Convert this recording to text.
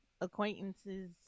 acquaintances